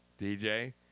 DJ